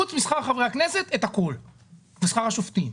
חוץ משכר חברי הכנסת ושכר השופטים,